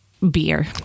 beer